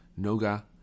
Noga